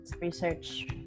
research